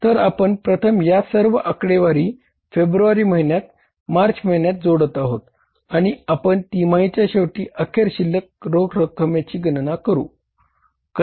तर आपण प्रथम या सर्व आकडेवारी फेब्रुवारी महिन्यात मार्च महिन्यात जोडत आहोत आणि आपण तिमाहीच्या शेवटी अखेर शिल्लक रोख रकमेची गणना करू